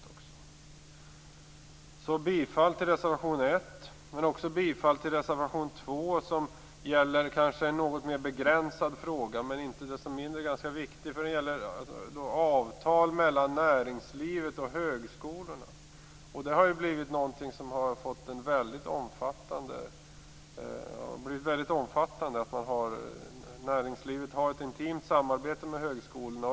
Jag yrkar bifall till reservation 1, men också till reservation 2, som gäller en kanske något mer begränsad, men inte desto mindre ganska viktig, fråga. Det gäller avtal mellan näringslivet och högskolorna. Detta är något som har blivit väldigt omfattande. Näringslivet har ett intimt samarbete med högskolorna.